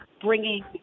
bringing